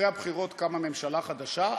אחרי הבחירות קמה ממשלה חדשה.